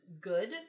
good